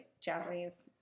Japanese